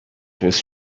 was